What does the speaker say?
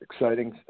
exciting